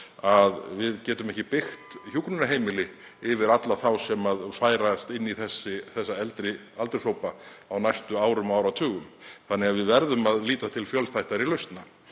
að við getum ekki byggt hjúkrunarheimili yfir alla þá sem færast inn í þessa eldri aldurshópa á næstu árum og áratugum þannig að við verðum að líta til fjölþættari lausna.